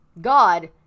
God